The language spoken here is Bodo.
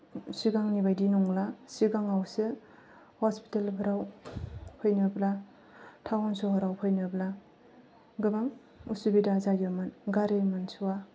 सिगांनि बायदि नंला सिगाङावसो हस्पिताल फोराव फैनोब्ला टाउन सोहोराव फैनोब्ला गोबां असुबिदा जायोमोन गारि मोनस'वा